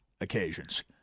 occasions